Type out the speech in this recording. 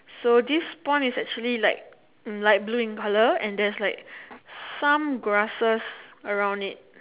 so this pond is actually like um light blue in colour and there is like some grasses around it